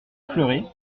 fleuret